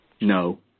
No